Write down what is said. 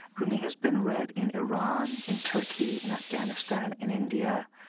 rumi has been read in iran, in turkey, in afghanistan, in india,